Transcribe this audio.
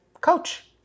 coach